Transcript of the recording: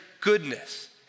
goodness